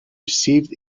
received